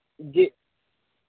جی